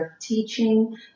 teaching